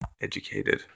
educated